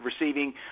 receiving